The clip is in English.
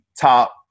top